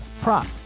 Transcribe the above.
prop